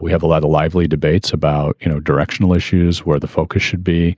we have a lot of lively debates about, you know, directional issues where the focus should be.